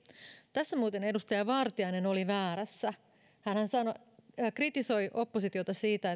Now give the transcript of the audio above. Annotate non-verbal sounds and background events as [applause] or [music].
tässä muuten edustaja vartiainen oli väärässä hänhän kritisoi oppositiota siitä [unintelligible]